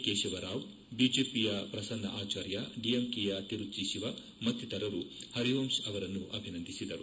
ಕೇಶವರಾವ್ ಬಿಜೆಪಿಯ ಪ್ರಸನ್ನ ಆಚಾರ್ಯ ಡಿಎಂಕೆಯ ತಿರುಚ್ಚಿತವ ಮತ್ತಿತರರು ಪರಿವಂಶ್ ಅವರನ್ನು ಅಭಿನಂದಿಸಿದರು